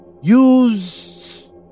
Use